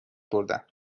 بردم